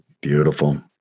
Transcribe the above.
beautiful